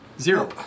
Zero